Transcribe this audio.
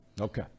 Okay